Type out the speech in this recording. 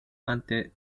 ante